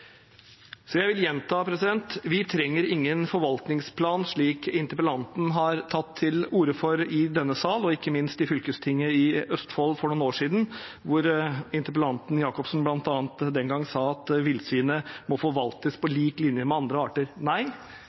Jeg vil gjenta: Vi trenger ingen forvaltningsplan, slik interpellanten har tatt til orde for i denne sal og ikke minst i fylkestinget i Østfold for noen år siden, der interpellanten Jacobsen bl.a. sa at villsvinet må forvaltes på lik linje med andre arter.